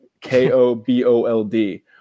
k-o-b-o-l-d